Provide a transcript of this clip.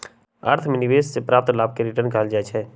अर्थ में निवेश से प्राप्त लाभ के रिटर्न कहल जाइ छइ